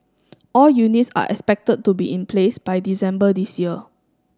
all units are expected to be in place by December this year